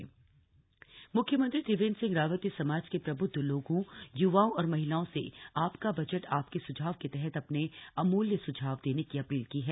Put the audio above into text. budget सुझाव मुख्यमंत्री त्रिवेन्द्र सिंह रावत ने समाज के प्रबुद्ध लोगों युवाओं और महिलाओं से आपका बजट आपके स्झाव के तहत अपने अमूल्य स्झाव देने की अपील की है